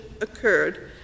occurred